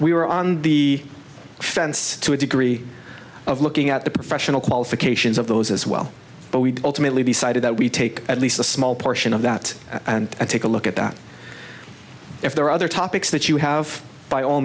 we were on the fence to a degree of looking at the professional qualifications of those as well but we ultimately decided that we take at least a small portion of that and take a look at that if there are other topics that you have by all